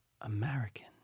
American